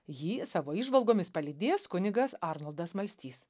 jį savo įžvalgomis palydės kunigas arnoldas malstys